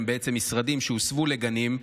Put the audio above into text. הם בעצם משרדים שהוסבו לגנים,